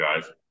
guys